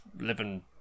living